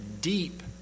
deep